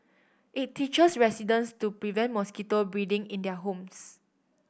it teaches residents to prevent mosquito breeding in their homes